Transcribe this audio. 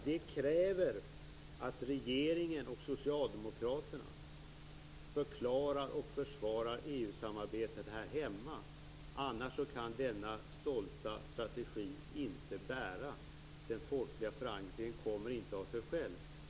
Det kräver att regeringen och Socialdemokraterna förklarar och försvarar EU samarbetet här hemma, annars kan denna stolta strategi inte bära. Den folkliga förankringen kommer inte av sig själv.